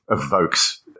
evokes